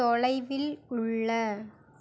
தொலைவில் உள்ள